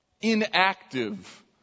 inactive